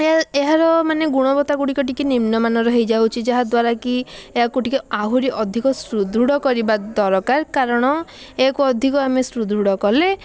ଏହାର ମାନେ ଗୁଣବତା ଗୁଡ଼ିକ ଟିକିଏ ନିମ୍ନମାନର ହୋଇଯାଉଛି ଯାହାଦ୍ଵାରା କି ଏହାକୁ ଟିକିଏ ଆହୁରି ଅଧିକ ସୁଦୃଢ଼ କରିବା ଦରକାର କାରଣ ଏହାକୁ ଅଧିକ ଆମେ ସୁଦୃଢ଼ କଲେ